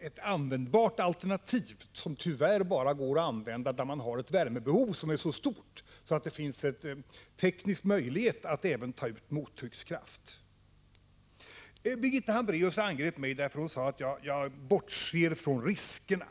ett användbart alternativ, som tyvärr bara går att använda där man har ett värmebehov som är så stort att det finns en teknisk möjlighet att även ta ut mottryckskraft. Birgitta Hambraeus angrep mig och sade att jag bortser från riskerna.